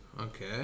Okay